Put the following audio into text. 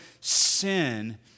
sin